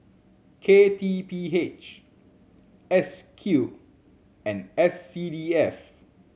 K T P H S Q and S C D F